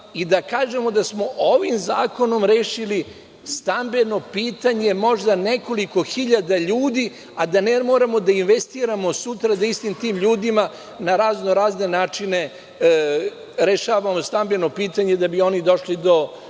i da kažemo da smo ovim zakonom rešili stambeno pitanje možda nekoliko hiljada ljudi, a da ne moramo da investiramo sutra da istim tim ljudima na raznorazne načine rešavamo stambeno pitanje, da bi oni došli do